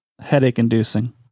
headache-inducing